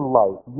life